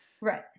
right